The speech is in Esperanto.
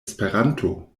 esperanto